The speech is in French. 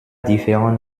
différents